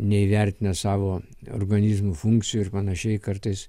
neįvertinę savo organizmo funkcijų ir panašiai kartais